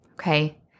okay